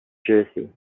jersey